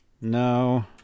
no